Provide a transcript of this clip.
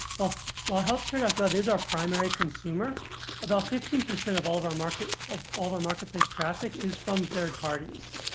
off while healthcare gov is our primary consumer about fifteen percent of all of our market of all of our marketplace traffic is from third parties.